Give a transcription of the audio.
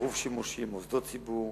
עירוב שימושים, מוסדות ציבור,